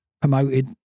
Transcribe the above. promoted